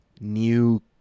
new